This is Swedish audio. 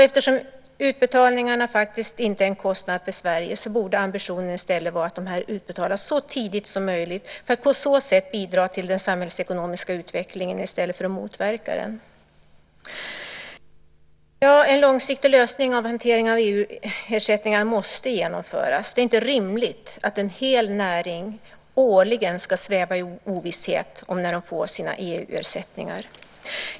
Eftersom utbetalningarna inte är en kostnad för Sverige borde ambitionen i stället vara att pengarna utbetalas så tidigt som möjligt för att på så sätt bidra till den samhällsekonomiska utvecklingen i stället för att motverka den. En långsiktig lösning av hanteringen av EU-ersättningar måste genomföras. Det är inte rimligt att en hel näring årligen ska sväva i ovisshet om när den får sina EU-ersättningar.